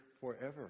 forever